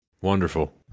Wonderful